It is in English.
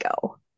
go